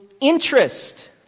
interest